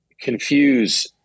confuse